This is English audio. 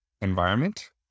environment